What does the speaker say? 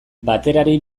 baterari